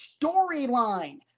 storyline